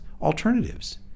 alternatives